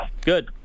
Good